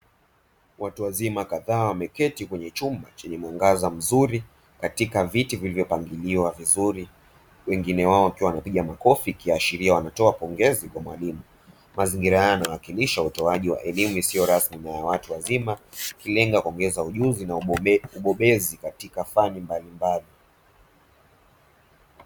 Watu wazima kadhaa wameketi kwenye chumba chenye mwangaza mzuri, katika viti vilivyopangiliwa vizuri. Wengine wao wakiwa wanapiga makofi kuashiria wanatoa pongezi kwa mwalimu. Mazingira yana wakilisha watoaji wa elimu isiyo rasmi ya watu wazima, wakilenga kuongeza ujuzi na ubobezi katika fani mbalimbali."